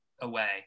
away